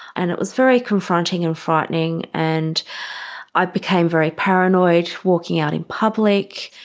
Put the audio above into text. and it was very confronting and frightening. and i became very paranoid walking out in public.